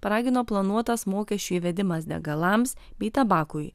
paragino planuotas mokesčių įvedimas degalams bei tabakui